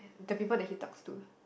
the people that he talks to